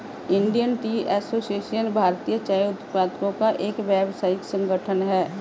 Indian Tea Association भारतीय चाय उत्पादकों का एक व्यावसायिक संगठन है